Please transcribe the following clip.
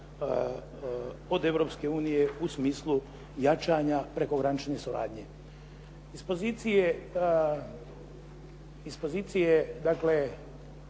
pod Europske unije u smislu jačanja prekogranične suradnje. Iz pozicije tih